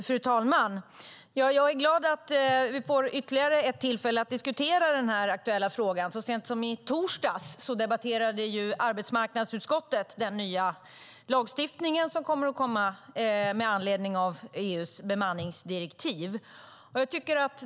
Fru talman! Jag är glad att vi får ytterligare ett tillfälle att diskutera denna aktuella fråga. Så sent som i torsdags debatterade arbetsmarknadsutskottet den nya lagstiftning som kommer med anledning av EU:s bemanningsdirektiv.